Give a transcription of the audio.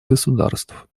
государств